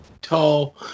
tall